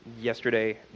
yesterday